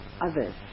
others